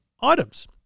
items